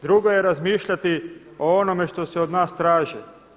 Drugo je razmišljati o onome što se od nas traži.